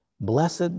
Blessed